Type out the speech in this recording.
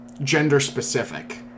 Gender-specific